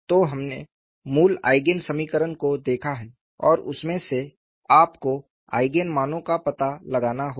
तो हमने मूल आईगेन समीकरण को देखा है और उसमें से आपको आईगेन मानों का पता लगाना होगा